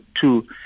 two